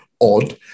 odd